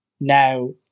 now